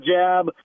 jab